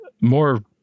more